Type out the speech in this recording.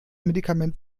medikament